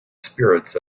spirits